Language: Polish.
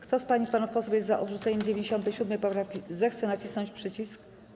Kto z pań i panów posłów jest za odrzuceniem 97. poprawki, zechce nacisnąć przycisk.